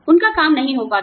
उनका काम नहीं हो पाता है